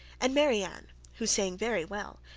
and marianne, who sang very well,